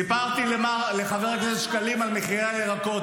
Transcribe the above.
סיפרתי לחבר הכנסת שקלים על מחירי הירקות.